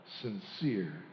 sincere